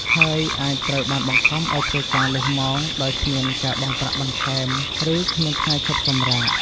ហើយអាចត្រូវបានបង្ខំឱ្យធ្វើការលើសម៉ោង ដោយគ្មានការបង់ប្រាក់បន្ថែម ឬគ្មានថ្ងៃឈប់សម្រាក។